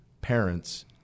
parents